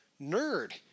Nerd